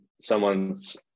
someone's